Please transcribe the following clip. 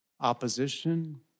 opposition